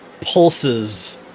pulses